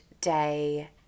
day